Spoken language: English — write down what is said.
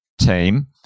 team